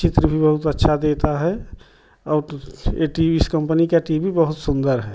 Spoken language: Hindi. चित्र भी बहुत अच्छा देता है और टी वी एस कम्पनी का टी वी बहुत सुंदर है